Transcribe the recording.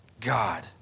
God